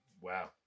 wow